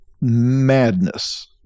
madness